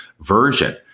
version